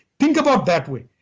think about that way.